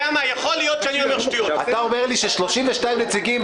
ש-32 נציגים,